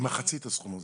במחצית מהסכום הזה.